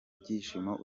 byishimo